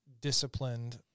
disciplined